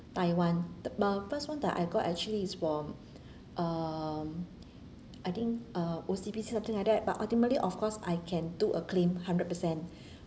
taiwan but first one that I got actually is from um I think uh O_C_B_C something like that but ultimately of course I can do a claim hundred per cent